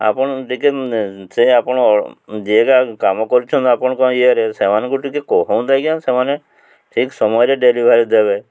ଆପଣ ଟିକେ ସେ ଆପଣ ଯିଏକା କାମ କରିଛନ୍ତି ଆପଣଙ୍କ ଇଏରେ ସେମାନଙ୍କୁ ଟିକେ କହନ୍ତା କି ସେମାନେ ଠିକ୍ ସମୟରେ ଡେଲିଭରି ଦେବେ